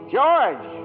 George